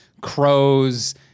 crows